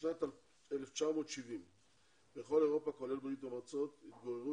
בשנת 1970 בכל אירופה, כולל ברית המועצות, התגוררו